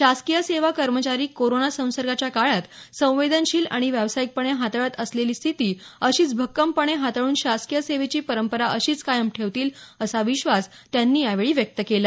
शासकिय सेवा कर्मचारी कोरोना संसर्गाच्या काळात संवेदनशील आणि व्यावसायिकपणे हाताळत असलेली स्थिती अशीच भक्कमपणे हाताळून शासकीय सेवेची परंपरा अशीच कायम ठेवतील असा विश्वास त्यांनी यावेळी व्यक्त केला